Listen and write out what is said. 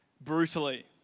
brutally